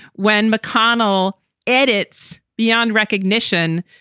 when mcconnell edits beyond recognition,